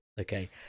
okay